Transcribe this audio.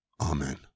Amen